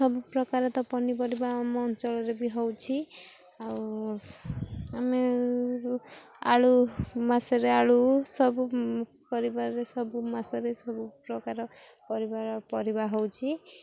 ସବୁ ପ୍ରକାର ତ ପନିପରିବା ଆମ ଅଞ୍ଚଳରେ ବି ହେଉଛି ଆଉ ଆମେ ଆଳୁ ମାସରେ ଆଳୁ ସବୁ ପରିବାରରେ ସବୁ ମାସରେ ସବୁ ପ୍ରକାର ପରିବାର ପରିବା ହେଉଛି